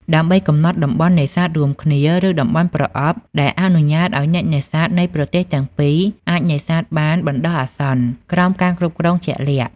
ដើម្បីកំណត់តំបន់នេសាទរួមគ្នា ឬតំបន់ ប្រអប់ ដែលអនុញ្ញាតឱ្យអ្នកនេសាទនៃប្រទេសទាំងពីរអាចនេសាទបានបណ្តោះអាសន្នក្រោមការគ្រប់គ្រងជាក់លាក់។